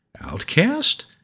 Outcast